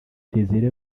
desire